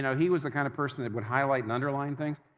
you know he was the kind of person that would highlight and underline things,